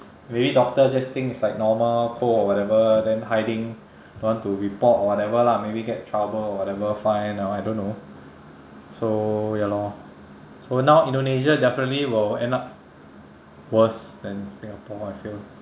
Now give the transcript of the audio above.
maybe doctor just think it's like normal cold or whatever then hiding don't want to report or whatever lah maybe get into trouble or whatever fine or I don't know so ya lor so now indonesia definitely will end up worse than singapore I feel